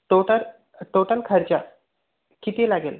total total खर्च किती लागेल